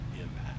impact